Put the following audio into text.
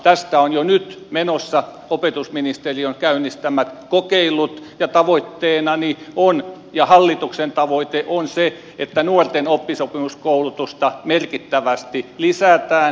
tästä on jo nyt menossa opetusministeriön käynnistämät kokeilut ja tavoitteeni ja hallituksen tavoite on se että nuorten oppisopimuskoulutusta merkittävästi lisätään